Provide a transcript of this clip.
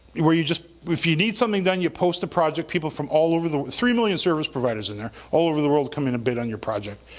where you just, if you need something done, you post a project, people from all over the three million service providers in there all over the world come in and bid on your project.